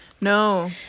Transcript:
no